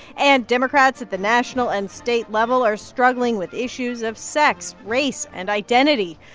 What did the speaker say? and democrats at the national and state level are struggling with issues of sex, race and identity.